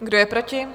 Kdo je proti?